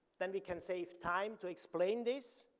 then we can save time to explain this.